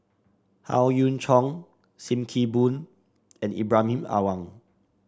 Howe Yoon Chong Sim Kee Boon and Ibrahim Awang